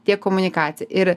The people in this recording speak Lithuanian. tiek komunikacija ir